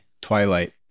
Twilight